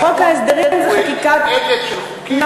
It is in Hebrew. חוק ההסדרים הוא גם חקיקה ראשית, אלא מה?